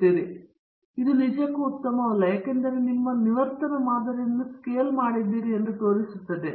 ಆದರೆ ಇದು ನಿಜಕ್ಕೂ ಉತ್ತಮವಲ್ಲ ಏಕೆಂದರೆ ನೀವು ನಿಮ್ಮ ನಿವರ್ತನ ಮಾದರಿಯನ್ನು ಸ್ಕೇಲ್ ಮಾಡಿದ್ದೀರಿ ಎಂದು ತೋರಿಸುತ್ತದೆ